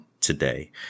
today